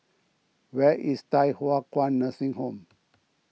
where is Thye Hua Kwan Nursing Home